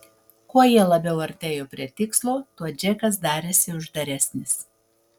kuo jie labiau artėjo prie tikslo tuo džekas darėsi uždaresnis